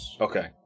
Okay